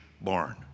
barn